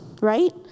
right